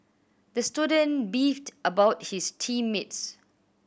the student beefed about his team mates